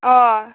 अ'